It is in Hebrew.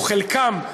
או חלקם,